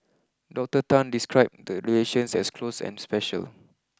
Doctor Tan described the relations as close and special